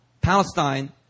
Palestine